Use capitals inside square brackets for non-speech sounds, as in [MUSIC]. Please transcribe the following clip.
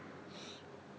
[BREATH]